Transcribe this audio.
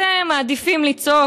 אתם מעדיפים לצעוק,